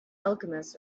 alchemist